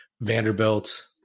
Vanderbilt